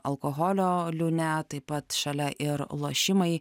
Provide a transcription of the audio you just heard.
alkoholio liūne taip pat šalia ir lošimai